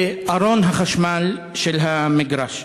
בארון החשמל של המגרש.